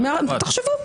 תחשבו.